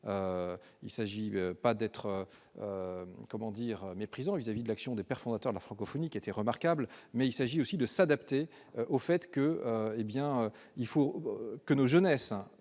Il ne s'agit pas d'être méprisant vis-à-vis de l'action des pères fondateurs de la francophonie, qui a été remarquable. Il s'agit de s'adapter, pour que notre jeunesse